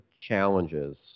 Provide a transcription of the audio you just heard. challenges